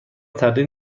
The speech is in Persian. تردید